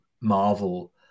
Marvel